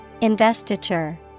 Investiture